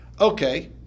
Okay